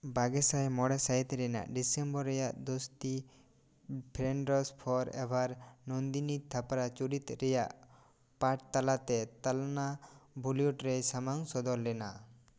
ᱵᱟᱜᱮᱥᱟᱭ ᱢᱚᱬᱮ ᱥᱟᱹᱦᱤᱛ ᱨᱮᱱᱟᱜ ᱰᱤᱥᱮᱢᱵᱚᱨ ᱨᱮᱭᱟᱜ ᱫᱳᱥᱛᱤ ᱯᱷᱮᱨᱮᱱᱰᱚᱥ ᱯᱷᱚᱨ ᱮᱵᱷᱟᱨ ᱱᱚᱱᱫᱤᱱᱤ ᱛᱷᱟᱯᱨᱟ ᱪᱩᱨᱤᱛ ᱨᱮᱭᱟᱜ ᱯᱟᱴ ᱛᱟᱞᱟᱛᱮ ᱛᱟᱞᱱᱟ ᱵᱚᱞᱤᱭᱩᱰ ᱨᱮ ᱥᱟᱢᱟᱝ ᱥᱚᱫᱚᱨ ᱞᱮᱱᱟ